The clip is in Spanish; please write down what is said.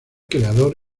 creador